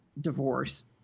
Divorce